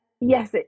yes